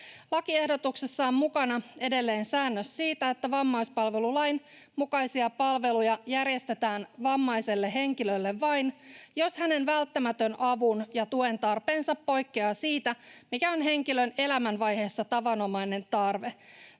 Lakiehdotuksessa on mukana edelleen säännös siitä, että vammaispalvelulain mukaisia palveluja järjestetään vammaiselle henkilölle vain, jos hänen välttämätön avun ja tuen tarpeensa poikkeaa siitä, mikä on henkilön elämänvaiheessa tavanomainen tarve.